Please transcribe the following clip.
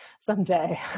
someday